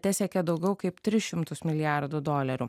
tesiekė daugiau kaip tris šimtus milijardų dolerių